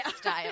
style